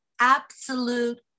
absolute